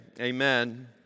amen